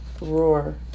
roar